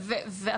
ברור.